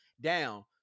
down